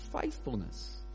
faithfulness